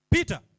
Peter